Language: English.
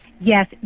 Yes